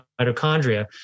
mitochondria